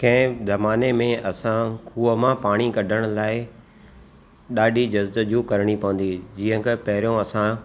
के ज़माने में असां खूह मां पाणी कढणु लाइ ॾाढी जुस्तजू करणी पवंदी हुइ जीअं त पहिरियों असां